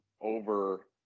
over